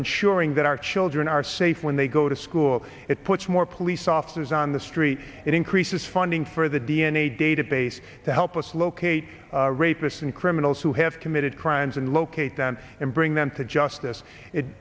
ensuring that our children are safe when they go to school it puts more police officers on the street it increases funding for the d n a database to help us locate rapists and criminals who have committed crimes and locate them and bring them to justice it